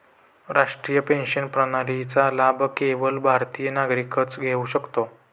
राष्ट्रीय पेन्शन प्रणालीचा लाभ केवळ भारतीय नागरिकच घेऊ शकतो